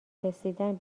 رسیدن